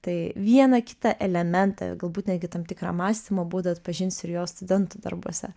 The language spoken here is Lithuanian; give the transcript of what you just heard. tai vieną kitą elementą galbūt netgi tam tikrą mąstymo būdą atpažinsi ir jo studentų darbuose